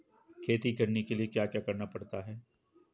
खेती करने के लिए क्या क्या करना पड़ता है?